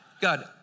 God